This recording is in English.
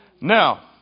Now